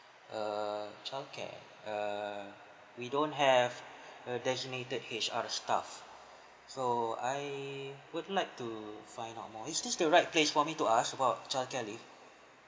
err childcare err we don't have a designated H_R stuff so I would like to find out more is this the right place for me to ask about childcare leave